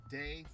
day